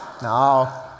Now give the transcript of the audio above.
No